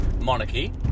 monarchy